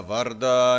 Varda